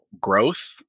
growth